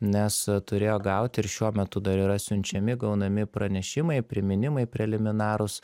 nes turėjo gauti ir šiuo metu dar yra siunčiami gaunami pranešimai priminimai preliminarūs